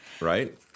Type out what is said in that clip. right